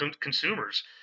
consumers